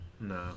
No